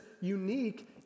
unique